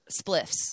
spliffs